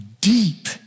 deep